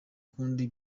kundi